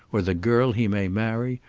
or the girl he may marry,